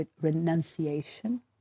renunciation